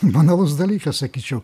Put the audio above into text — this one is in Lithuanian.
banalus dalykas sakyčiau